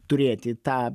turėti tą